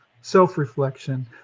self-reflection